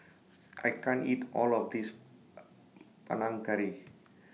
I can't eat All of This Panang Curry